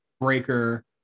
Breaker